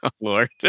Lord